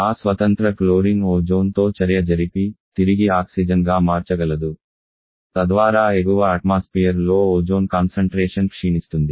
ఆ స్వతంత్ర క్లోరిన్ ఓజోన్తో చర్య జరిపి తిరిగి ఆక్సిజన్గా మార్చగలదు తద్వారా ఎగువ అట్మాస్పియర్ లో ఓజోన్ కాన్సంట్రేషన్ క్షీణిస్తుంది